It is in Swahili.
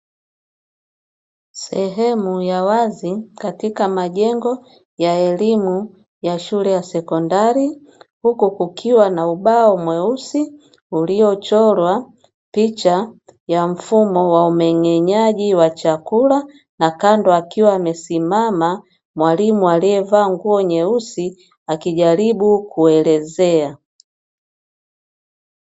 Sehemu ya wazi katika majengo ya elimu ya shule ya sekondari huku kukiwa na ubao mweusi uliochorwa picha ya mfumo wa umeng'enyaji wa chakula, na kando akiwa amesimama mwalimu aliyevaa nguo nyeusi akijaribu kuelezea.